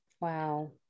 Wow